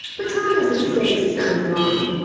but tom doesn't stay stunned long.